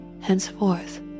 Henceforth